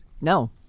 no